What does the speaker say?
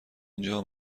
اینجا